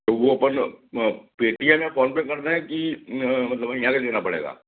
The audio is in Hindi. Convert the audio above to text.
वो अपन पेटीएम या फ़ोनपे करना है कि मतलब यहाँ आ कर देना पड़ेगा